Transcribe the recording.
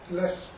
less